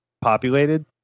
populated